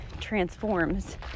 transforms